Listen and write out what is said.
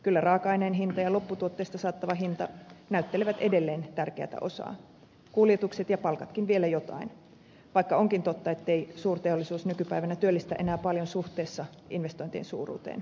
kyllä raaka aineen hinta ja lopputuotteesta saatava hinta näyttelevät edelleen tärkeätä osaa kuljetukset ja palkatkin vielä jotain vaikka onkin totta ettei suurteollisuus nykypäivänä työllistä enää paljon suhteessa investointien suuruuteen